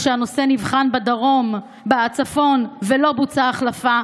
כשהנושא נבחן בצפון ולא בוצעה החלפה,